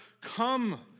come